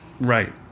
Right